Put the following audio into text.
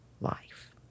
life